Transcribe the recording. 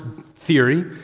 theory